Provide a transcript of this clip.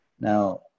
Now